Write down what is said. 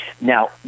Now